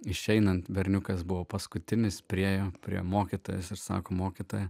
išeinant berniukas buvo paskutinis priėjo prie mokytojas ir sako mokytoja